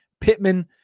Pittman